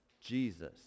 Jesus